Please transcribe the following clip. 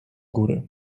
góry